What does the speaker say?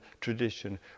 tradition